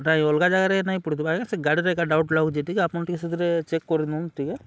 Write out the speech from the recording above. ନାଇ ଅଲ୍ଗା ଯାଗାରେ ନାଇଁ ପଡ଼ିଥିବା ଆଜ୍ଞା ସେ ଗାଡ଼ିରେ ଏକା ଡ଼ାଉଟ୍ ଲାଗୁଛେ ଟିକେ ଆପଣ୍ ଟିକେ ସେଥିରେ ଚେକ୍ କରିିଦେଉନ୍ ଟିକେ